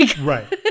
right